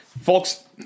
Folks